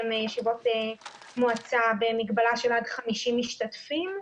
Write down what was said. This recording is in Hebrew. ישיבות מועצה במגבלה של עד 50 משתתפים,